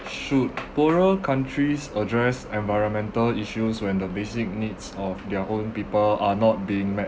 should poorer countries address environmental issues when the basic needs of their own people are not being met